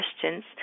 questions